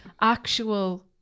actual